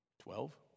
Twelve